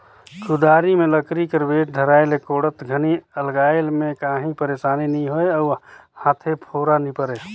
कुदारी मे लकरी कर बेठ धराए ले कोड़त घनी अलगाए मे काही पइरसानी नी होए अउ हाथे फोरा नी परे